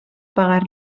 pagar